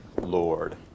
Lord